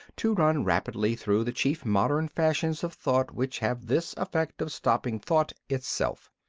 to run rapidly through the chief modern fashions of thought which have this effect of stopping thought itself.